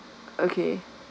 okay